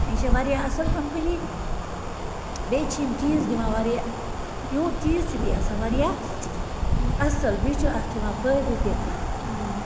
یہِ چھِ واریاہ اصٕل کمپٔنی بیٚیہِ چھِ چیٖز دِوان واریاہ یِہُنٛد چیٖز چھُ بیٚیہِ آسان واریاہ اصٕل بیٚیہِ چھُ اَتھ یِوان فٲیدٕ تہِ